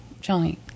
Johnny